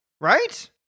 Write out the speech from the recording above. Right